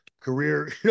career